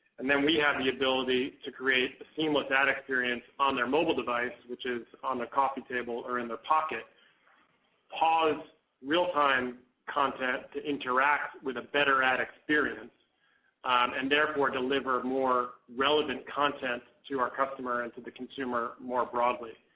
and then we have the ability to create a seamless ad experience on their mobile device, which is on the coffee table or in their pocket pause real time content to interact with a better ad experience and therefore deliver more relevant content to our customer and to the consumer more broadly.